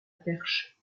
perche